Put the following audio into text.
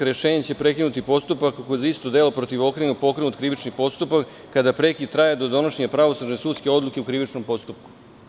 Rešenje će prekinuti postupak ako je za isto delo protiv okrivljenog pokrenut krivični postupak, kada prekid traje do donošenja pravosnažne sudske odluke u krivičnom postupku.